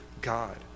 God